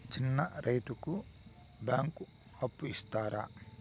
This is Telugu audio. చిన్న రైతుకు బ్యాంకు అప్పు ఇస్తారా?